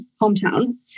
hometown